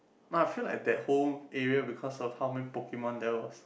no I feel like that whole area because of how many Pokemon there was